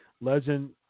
Legend